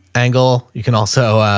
angle. you can also, ah,